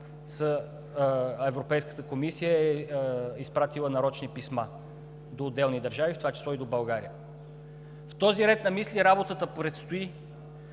Европейската комисия е изпратила нарочни писма до отделни държави, в това число и до България. В този ред на мисли работата предстои,